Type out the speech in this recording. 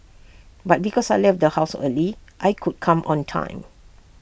but because I left the house early I could come on time